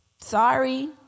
Sorry